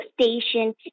station